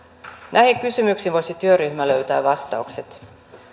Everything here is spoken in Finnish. näihin kysymyksiin voisi työryhmä löytää vastaukset